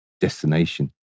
destination